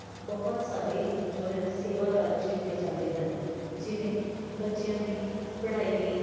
ਬਹੁਤ ਸਾਰੇ ਜੋ ਹੈ ਸੇਵਾ ਕਾਰਜ ਕੀਤੇ ਜਾਂਦੇ ਹਨ ਜਿਵੇਂ ਬੱਚਿਆਂ ਦੀ ਪੜ੍ਹਾਈ ਲਈ